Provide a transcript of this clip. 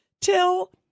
till